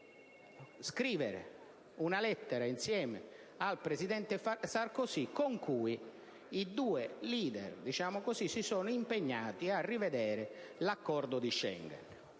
scrivere una lettera, insieme al presidente Sarkozy, nella quali i due *leader* si sono impegnati a rivedere l'Accordo di Schengen.